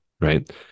right